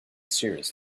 serious